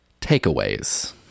takeaways